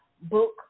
Book